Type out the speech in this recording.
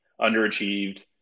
underachieved